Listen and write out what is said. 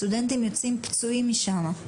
סטודנטים יוצאים פצועים משם.